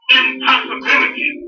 impossibility